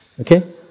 Okay